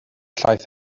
llaeth